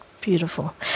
beautiful